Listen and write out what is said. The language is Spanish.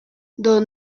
don